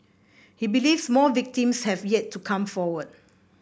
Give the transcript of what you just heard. he believes more victims have yet to come forward